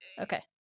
Okay